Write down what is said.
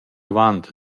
avant